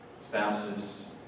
spouses